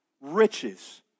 Riches